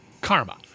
Karma